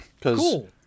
Cool